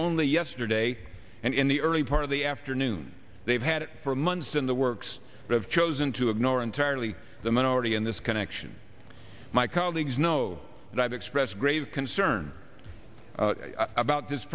only yesterday and in the early part of the afternoon they've had it for months in the works of chosen to ignore entirely the minority in this connection my colleagues know that i've expressed grave concern about this